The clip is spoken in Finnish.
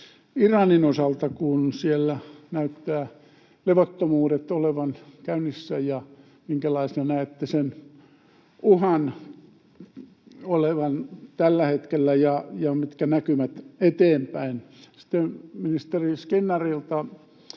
Iranin osalta, kun siellä näyttävät olevan levottomuudet käynnissä? Minkälaisena näette sen uhan olevan tällä hetkellä, ja mitkä ovat näkymät eteenpäin? Sitten ministeri Skinnarille